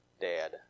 Dad